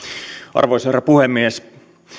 arvoisa herra puhemies